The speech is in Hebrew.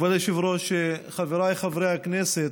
כבוד היושב-ראש, חבריי חברי הכנסת,